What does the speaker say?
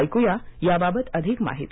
ऐकुया याबाबत अधिक माहिती